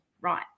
right